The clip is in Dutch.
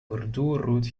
bordeauxrood